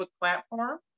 platform